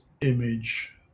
image